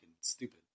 stupid